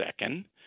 second